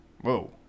Whoa